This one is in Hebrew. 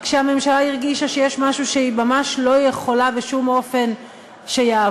כשהממשלה הרגישה שיש משהו שהיא ממש לא יכולה בשום אופן שיעבור,